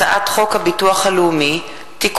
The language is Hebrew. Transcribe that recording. הצעת חוק הגנת הצרכן (תיקון,